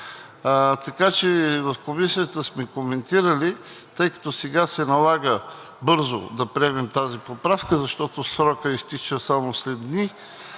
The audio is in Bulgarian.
Така че в Комисията сме коментирали, тъй като сега се налага бързо да приемем тази поправка, защото срокът изтича само след дни